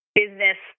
business